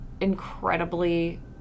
incredibly